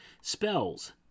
Spells